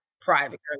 private